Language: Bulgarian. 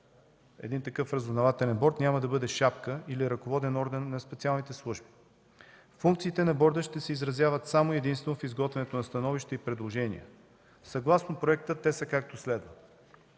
начин такъв Разузнавателен борд няма да бъде шапка или ръководен орган на специалните служби. Функциите на борда ще се изразяват само и единствено в изготвянето на становища и предложения. Съгласно проекта те са както следва: